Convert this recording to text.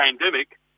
pandemic